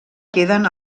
queden